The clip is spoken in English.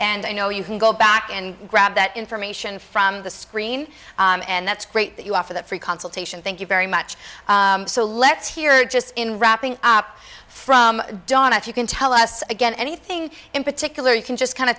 and i know you can go back and grab that information from the screen and that's great that you offer that free consultation thank you very much so let's hear just in wrapping up from donna if you can tell us again anything in particular you can just kind of